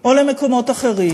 או למקומות אחרים.